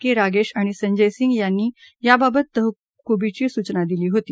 के रागेश आणि संजय सिंग यांनी याबाबत तहकुबीची सूचना दिली होती